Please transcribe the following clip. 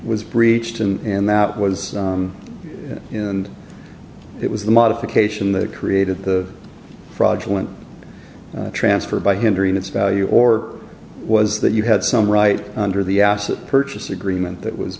was breached and that was and it was the modification that created the fraudulent transfer by hindering its value or was that you had some right under the absolute purchase agreement that was